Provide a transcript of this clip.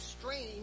strange